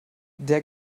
der